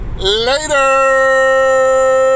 Later